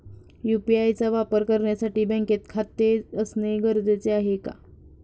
UPI चा वापर करण्यासाठी बँकेत खाते असणे गरजेचे आहे का?